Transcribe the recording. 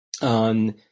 On